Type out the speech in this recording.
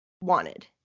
wanted